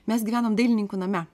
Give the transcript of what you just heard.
mes gyvenome dailininkų name